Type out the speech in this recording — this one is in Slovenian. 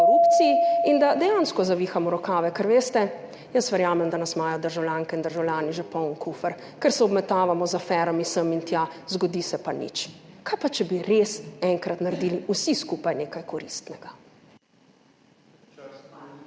in da dejansko zavihamo rokave, ker veste, jaz verjamem, da nas imajo državljanke in državljani že poln kufer, ker se obmetavamo z aferami sem in tja, zgodi se pa nič. Kaj pa če bi res enkrat naredili vsi skupaj nekaj koristnega?